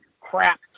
crap